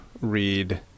read